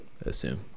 assume